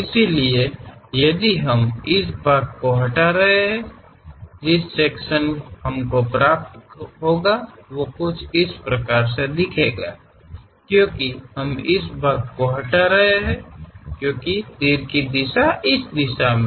इसलिए यदि हम इस भाग को हटा रहे हो जिस सेक्शन हम को प्राप्त होगा वो कुछ इस प्रकार से दिखेंगा क्योंकि हम इस भाग को हटा रहे हैं क्योंकि तीर दिशा इस दिशा में है